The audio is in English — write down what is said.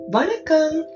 Welcome